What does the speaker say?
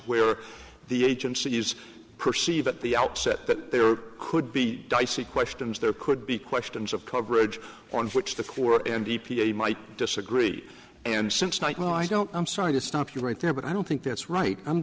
where the agency is perceived at the outset that there could be dicey questions there could be questions of coverage on which the court and e p a might disagree and since night no i don't i'm sorry to stop you right there but i don't think that's right i'm